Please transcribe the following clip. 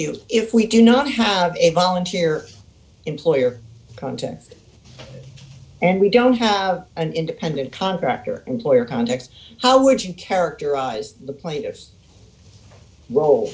you if we do not have a volunteer employer contact and we don't have an independent contractor employer context how would you characterize the pla